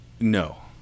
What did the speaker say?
No